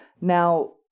Now